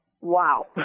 wow